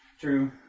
True